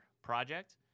project